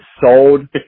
sold